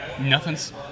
Nothing's